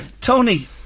Tony